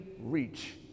REACH